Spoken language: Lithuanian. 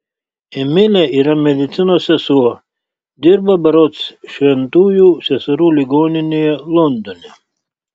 emilė yra medicinos sesuo dirba berods šventųjų seserų ligoninėje londone